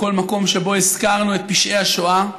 בכל מקום שבו הזכרנו את פשעי השואה,